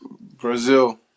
Brazil